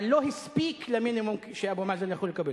אבל לא הספיק למינימום שאבו מאזן יכול לקבל.